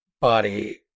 body